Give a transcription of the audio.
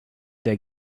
der